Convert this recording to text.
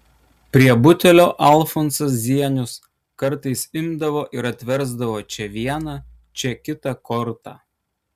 prie butelio alfonsas zienius kartais imdavo ir atversdavo čia vieną čia kitą kortą